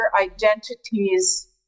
identities